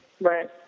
right